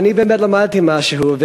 ואני באמת למדתי משהו.